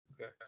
Okay